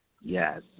Yes